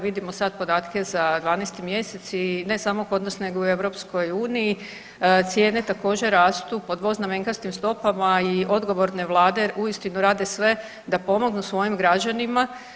Vidimo sada podatke za 12. mjesec i ne samo kod nas nego i u EU, cijene također rastu po dvoznamenkastim stopama i odgovorne vlade uistinu rade sve da pomognu svojim građanima.